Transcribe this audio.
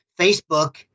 Facebook